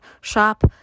shop